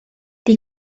die